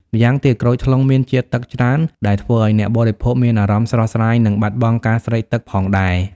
ម្យ៉ាងទៀត ក្រូចថ្លុងមានជាតិទឹកច្រើន ដែលធ្វើឱ្យអ្នកបរិភោគមានអារម្មណ៍ស្រស់ស្រាយ និងបាត់បង់ការស្រេកទឹកផងដែរ។